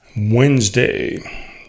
Wednesday